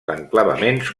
enclavaments